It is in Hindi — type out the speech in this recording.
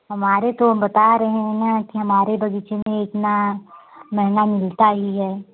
हमारे तो हम बता रहे हैं ना कि हमारे बगीचे में इतना महंगा मिलता ही है